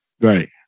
right